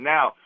Now